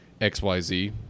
xyz